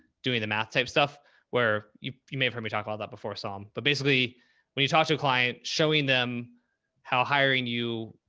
doing the math type stuff where you you may have heard me talk about that before som, but basically when you talk to a client showing them how hiring you,